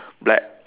black